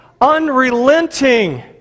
unrelenting